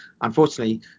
unfortunately